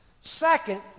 Second